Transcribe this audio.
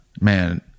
man